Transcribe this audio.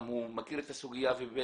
הוא גם מכיר את הסוגיה ובטח